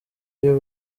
iyo